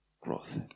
growth